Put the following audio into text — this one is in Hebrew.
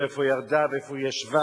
איפה היא ירדה ואיפה היא ישבה.